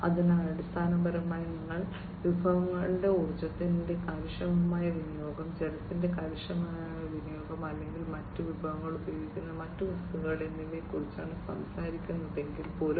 അതിനാൽ അടിസ്ഥാനപരമായി നിങ്ങൾ വിഭവങ്ങൾ ഊർജ്ജത്തിന്റെ കാര്യക്ഷമമായ വിനിയോഗം ജലത്തിന്റെ കാര്യക്ഷമമായ വിനിയോഗം അല്ലെങ്കിൽ മറ്റ് വിഭവങ്ങൾ ഉപയോഗിക്കുന്ന മറ്റ് വസ്തുക്കൾ എന്നിവയെക്കുറിച്ചാണ് സംസാരിക്കുന്നതെങ്കിൽ പോലും